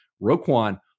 Roquan